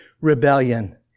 rebellion